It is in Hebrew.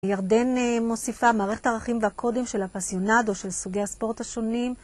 ירדן מוסיפה, מערכת הערכים והקודים של הפסיונד או של סוגי הספורט השונים